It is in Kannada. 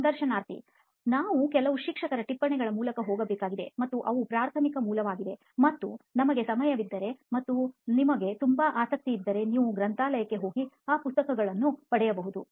ಸಂದರ್ಶನಾರ್ಥಿ ನಾವು ಕೆಲವು ಶಿಕ್ಷಕರ ಟಿಪ್ಪಣಿಗಳ ಮೂಲಕ ಹೋಗಬೇಕಾಗಿದೆ ಮತ್ತು ಅವು ಪ್ರಾಥಮಿಕ ಮೂಲವಾಗಿದೆ ಮತ್ತು ನಿಮಗೆ ಸಮಯವಿದ್ದರೆ ಮತ್ತು ನಿಮಗೆ ತುಂಬಾ ಆಸಕ್ತಿ ಇದ್ದರೆ ನೀವು ಗ್ರಂಥಾಲಯಕ್ಕೆ ಹೋಗಿ ಈ ಪುಸ್ತಕಗಳನ್ನು ಪಡೆಯಬಹುದು